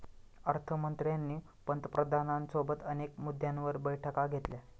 अर्थ मंत्र्यांनी पंतप्रधानांसोबत अनेक मुद्द्यांवर बैठका घेतल्या